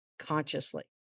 consciously